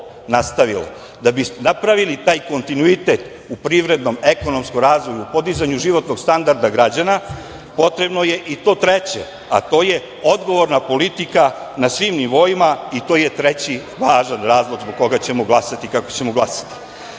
da bi napravili taj kontinuitet u privrednom i ekonomskom razvoju, podizanju životnog standarda građana, potrebno je i to treće, a to je odgovorna politika na svim nivoima i to je treći važan razlog zbog koga ćemo glasati kako ćemo glasati. Srbiji